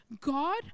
God